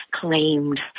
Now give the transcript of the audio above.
claimed